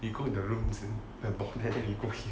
you go in the rooms and about there we go here